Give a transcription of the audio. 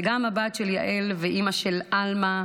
ואני גם הבת של יעל ואימא של עלמה,